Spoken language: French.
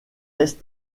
est